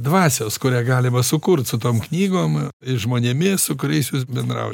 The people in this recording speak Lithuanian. dvasios kurią galima sukurt su tom knygom ir žmonėmis su kuriais jūs bendrauja